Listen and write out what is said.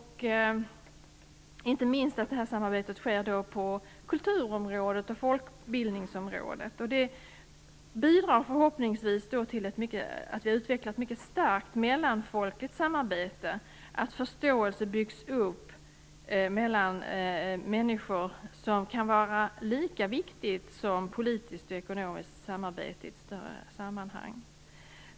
Inte minst sker det på kultur och folkbildningsområdet. Det bidrar förhoppningsvis till att utveckla ett mycket starkt mellanfolkligt samarbete och till att förståelse byggs upp mellan människor, något som kan vara lika viktigt som politiskt och ekonomiskt samarbete i ett större sammanhang.